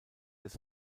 des